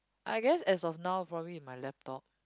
I guess as of now probably my laptop